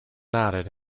nodded